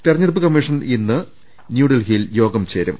തെരഞ്ഞെടുപ്പ് കമ്മീഷൻ ഇന്ന് ന്യൂഡൽഹിയിൽ യോഗം ചേരും